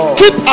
keep